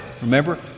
Remember